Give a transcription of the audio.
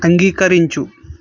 అంగీకరించు